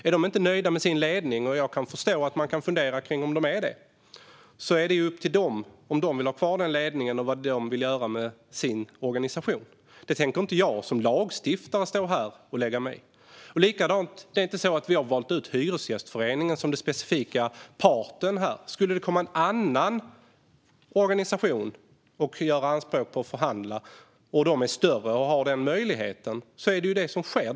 Är de inte nöjda med sin ledning, och jag kan förstå att man kan fundera över det, är det upp till dem om de vill ha kvar denna ledning och vad de vill göra med sin organisation. Det tänker inte jag som lagstiftare stå här och lägga mig i. På samma sätt har vi inte valt ut Hyresgästföreningen som den specifika parten. Skulle det komma en annan organisation och göra anspråk på att förhandla och de är större och har den möjligheten är det ju det som sker.